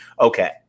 Okay